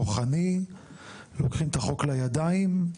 כוחני ולוקחים את החוק לידיים.